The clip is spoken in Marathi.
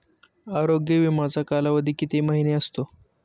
आरोग्य विमाचा कालावधी किती महिने असतो?